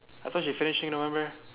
I thought she finish in november